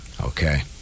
Okay